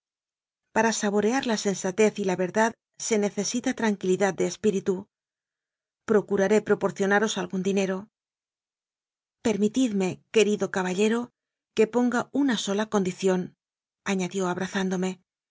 para saborear la sensatez y la verdad se necesita tranquilidad de espíritu procuraré proporcionaros algún dinero permitidme querido caballero que ponga una sola condiciónañadió abrazándome